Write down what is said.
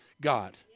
God